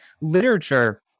literature